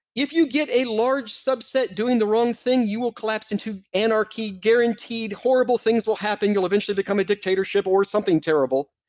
if you get a large subset doing the wrong thing, you will collapse into anarchy, guaranteed. horrible things will happen you'll eventually become a dictatorship or something terrible.